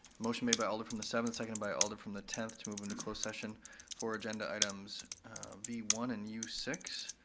motion made by alder from the seventh, second by alder from the tenth to move into closed session for agenda items v one and u six.